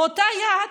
באותה יד,